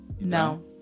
no